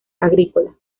agrícola